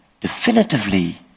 definitively